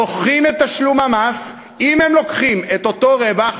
דוחים את תשלום המס אם הם לוקחים את אותו רווח